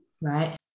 Right